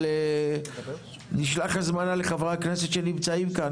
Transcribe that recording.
אבל נשלח הזמנה לחברי הכנסת שנמצאים כאן.